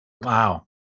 Wow